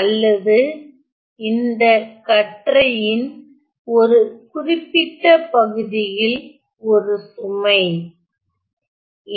அல்லது இந்த கற்றை இன் ஒரு குறிப்பிட்ட பகுதியில் ஒரு சுமை